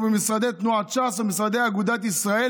או במשרדי תנועת ש"ס או במשרדי אגודת ישראל.